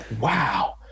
wow